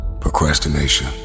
procrastination